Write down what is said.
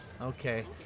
Okay